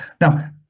Now